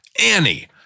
Annie